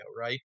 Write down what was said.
right